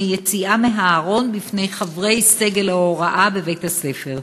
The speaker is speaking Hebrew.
יציאה מהארון לפני חברי סגל ההוראה בבית-הספר.